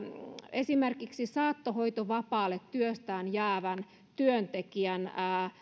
esimerkiksi sen saattohoitovapaalle työstään jäävän työntekijän